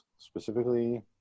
specifically